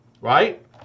right